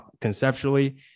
conceptually